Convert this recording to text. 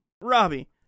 Robbie